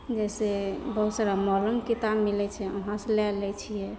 जैसे बहुत सारा मॉलोमे किताब मिलैत छै वहाँ से लै लै छियै